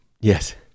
yes